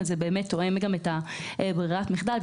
זה באמת תואם את בררת המחדל,